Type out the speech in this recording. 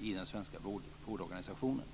i den svenska vårdorganisationen.